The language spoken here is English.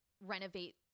renovate